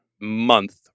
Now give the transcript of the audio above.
month